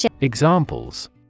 Examples